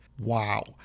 wow